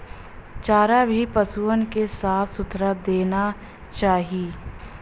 चारा भी पसुअन के साफ सुथरा देना चाही